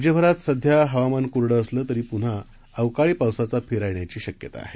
राज्यभरात सध्या हवामान कोरडं असलं तरी पुन्हा अवकाळी पावसाचा फेरा येण्याची शक्यता आहे